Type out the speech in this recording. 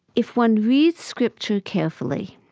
if one reads scripture carefully,